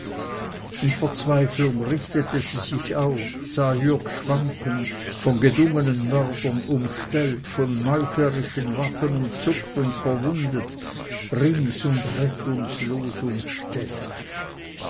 in verzweiflung richtete sie sich auf sah jürg schwanken von gedungenen mördern umstellt von meuchlerischen waffen umzuckt und verwundet rings und rettungslos umstellt